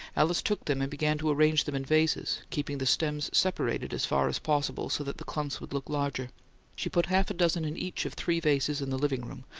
alice took them and began to arrange them in vases, keeping the stems separated as far as possible so that the clumps would look larger she put half a dozen in each of three vases in the living-room,